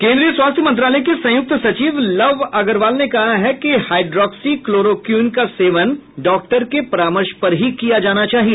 केन्द्रीय स्वास्थ्य मंत्रालय के संयुक्त सचिव लव अग्रवाल ने कहा है कि हाइड्रोक्सी क्लोरोक्वीन का सेवन डॉक्टर के परामर्श पर ही किया जाना चाहिए